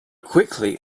quickly